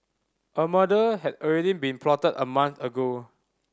a murder had already been plotted a month ago